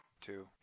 two